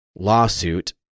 lawsuit